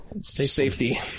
Safety